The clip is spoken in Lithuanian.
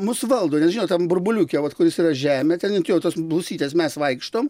mus valdo nes žinot tam burbuliuke vat kuris yra žemė ten ant jo tos blusytės mes vaikštom